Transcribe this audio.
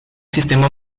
sistema